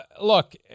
look